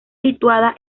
situada